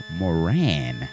Moran